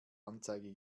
anzeige